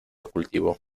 cultivo